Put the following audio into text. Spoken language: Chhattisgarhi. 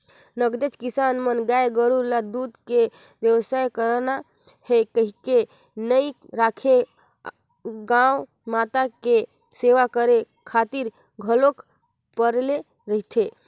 नगदेच किसान मन गाय गोरु ल दूद के बेवसाय करना हे कहिके नइ राखे गउ माता के सेवा करे खातिर घलोक पाले रहिथे